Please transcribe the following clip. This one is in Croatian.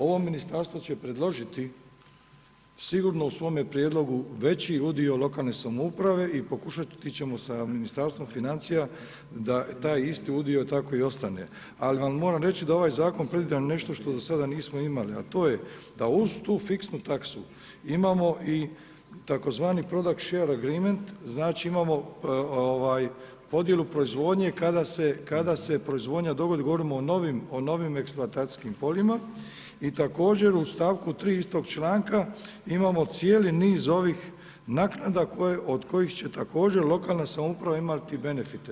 Ovo ministarstvo će predložiti sigurno u svome prijedlogu veći udio lokalne samouprave i pokušati ćemo sa Ministarstvom financija da taj isti udio tako i ostane, ali vam moram reći da ovaj zakon predviđa nešto što do sada nismo imali, a to je da uz tu fiksnu taksu imamo i tzv. product share agreement, znači imamo podjelu proizvodnje kada se proizvodnja dovodi, govorimo o novim eksploatacijskim poljima i također u stavku 3. istog članka imamo cijeli niz ovih naknada od kojih će također lokalna samouprava imati benefite.